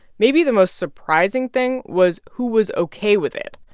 maybe the most surprising thing was who was ok with it.